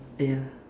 ya